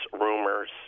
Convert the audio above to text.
rumors